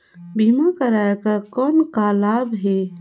बीमा कराय कर कौन का लाभ है?